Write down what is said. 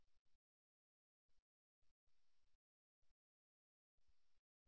நீங்கள் அதைப் பெற்றீர்கள் அவரது காலால் கதவைச் சுட்டிக் காட்டுகிறார்